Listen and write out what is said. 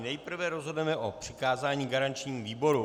Nejprve rozhodneme o přikázání garančnímu výboru.